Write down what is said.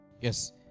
Yes